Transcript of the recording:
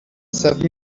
seven